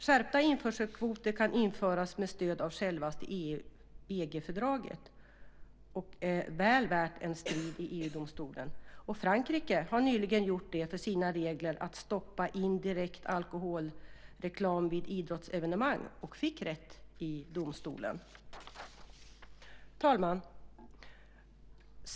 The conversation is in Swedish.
Skärpta införselkvoter kan införas med stöd av självaste EG-fördraget och är väl värt en strid i EG-domstolen. Frankrike har nyligen gjort detta för sina regler om att stoppa indirekt alkoholreklam vid idrottsevenemang och fått rätt i domstolen. Herr talman!